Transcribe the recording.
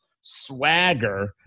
swagger